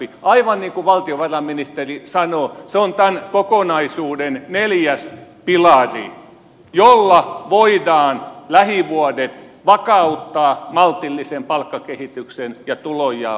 aivan niin kuin valtiovarainministeri sanoi se on tämän kokonaisuuden neljäs pilari jolla voidaan lähivuodet vakauttaa maltillisen palkkakehityksen ja tulonjaon osalta